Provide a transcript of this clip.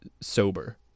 sober